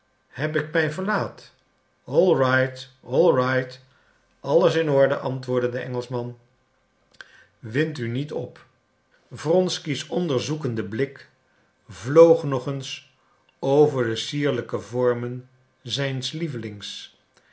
heb ik mij verlaat all right all right alles in orde antwoordde de engelschman wind u niet op wronsky's onderzoekende blik vloog nog eens over de sierlijke vormen zijns lievelings